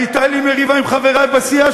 הייתה לי מריבה עם חברי בסיעה,